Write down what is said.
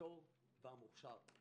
הפטור והמוכשר.